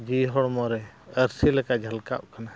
ᱡᱤᱣᱤ ᱦᱚᱲᱢᱚ ᱨᱮ ᱟᱹᱨᱥᱤ ᱞᱮᱠᱟ ᱡᱷᱟᱞᱠᱟᱜ ᱠᱟᱱᱟ